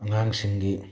ꯑꯉꯥꯡꯁꯤꯡꯒꯤ